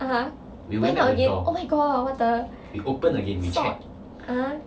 (uh huh) went out again oh my god what the (uh huh)